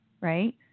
right